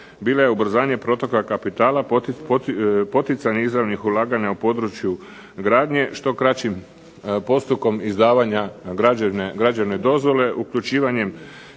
bila je ubrzanje protoka kapitala, poticanje izravnih ulaganja u području gradnje, što kraćim postupkom izdavanja građevne dozvole, uključivanjem